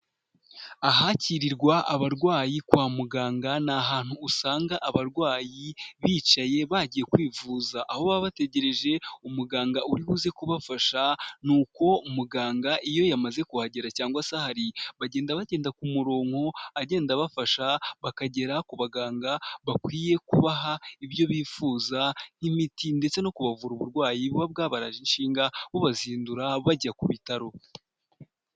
Ahakirirwa abarwayi kwa muganga ni ahantu usanga, abarwayi bicaye bagiye kwivuza. Aho baba bategereje umuganga uribuze kubafasha, nuko muganga iyo yamaze kuhagera cyangwa se ahari bagenda bagenda ku muronko, agenda abafasha, bakagera ku baganga bakwiye kubaha ibyo bifuza, nk'imiti ndetse no kubavura uburwayi buba bwabaraje inshinga, bubazindura ndetse bajya ku bitaro.